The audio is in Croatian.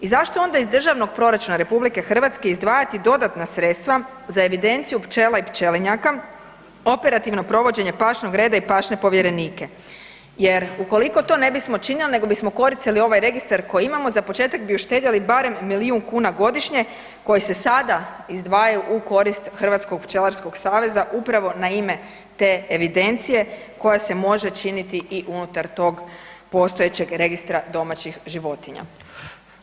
I zašto onda iz Državnog proračuna RH izdvajati dodatna sredstva za evidenciju pčela i pčelinjaka, operativno provođenje pašnog reda i pašne povjerenike jer ukoliko to ne bismo činili nego bismo koristili ovaj registar koji imamo za početak bi uštedjeli barem milijun kuna godišnje koji se sada izdvajaju u korist Hrvatskog pčelarskog saveza upravo na ime te evidencije koja se može činiti i unutar tog postojećeg registra domaćih životinja.